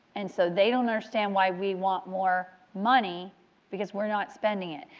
and so they don't understand why we want more money because we are not spending it.